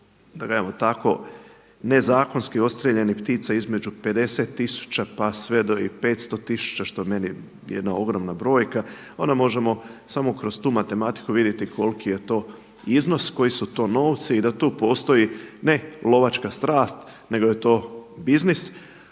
nezakonski nezakonski odstrijeljenih ptica između 50 tisuća pa sve do i 500 tisuća što je meni jedna ogromna brojka, onda možemo samo kroz tu matematiku vidjeti koliki je to iznos, koji su to novci i da tu postoji ne lovačka strast nego je to biznis.